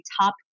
top